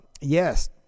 Yes